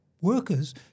workers